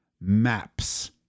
maps